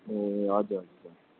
ए हजुर